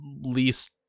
least